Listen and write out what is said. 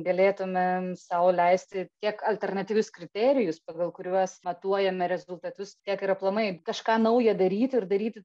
galėtume sau leisti tiek alternatyvius kriterijus pagal kuriuos matuojame rezultatus tiek ir aplamai kažką nauja daryt ir daryt